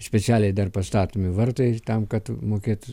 specialiai dar pastatomi vartai tam kad mokėtų